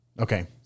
Okay